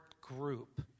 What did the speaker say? group